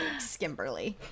skimberly